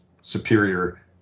superior